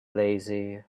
lazy